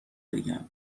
بگم